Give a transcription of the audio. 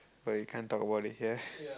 but you can't talk about it here